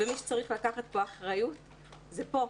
מי שצריך לקחת אחריות זה פה,